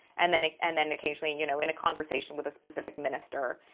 and then and then occasionally, you know, in a conversation with a specific minister,